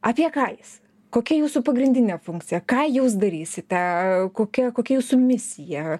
apie ką jis kokia jūsų pagrindinė funkcija ką jūs darysite kokia kokia jūsų misija